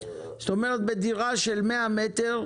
זאת אומרת שלגבי דירה של 100 מטר,